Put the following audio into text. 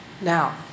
Now